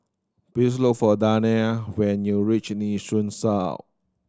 please look for Dayna when you reach Nee Soon South